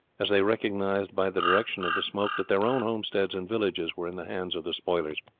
as they recognized by the direction of the smoke that their own homesteads and villages were in the hands of the spoilers.